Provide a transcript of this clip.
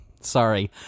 sorry